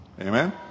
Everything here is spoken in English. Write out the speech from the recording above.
Amen